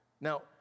Now